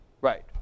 Right